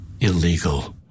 illegal